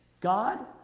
God